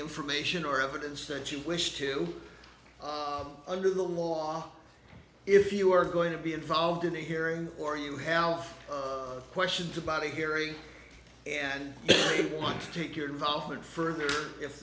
information or evidence that you wish to under the law if you are going to be involved in a hearing or you have questions about a hearing and want to take your involvement further if